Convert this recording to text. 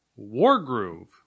Wargroove